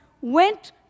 went